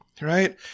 right